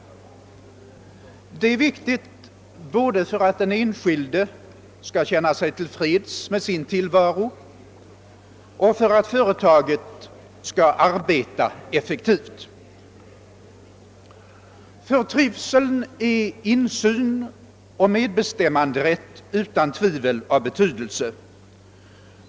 Detta är betydelsefullt både för att den enskilde skall känna sig till freds med sin tillvaro och för att företaget skall kunna arbeta effektivt. För trivseln är insyn och medbestämmanderätt utan tvivel av betydelse.